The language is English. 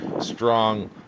strong